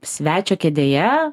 svečio kėdėje